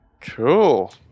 Cool